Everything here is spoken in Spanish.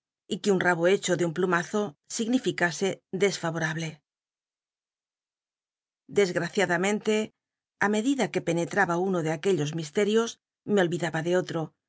y que un rabo hecho de un plumazo significase dcs nvorabk dcsgraciadamenle ü medida que penetraba uno de aquellos misterios me ohidaba de ollo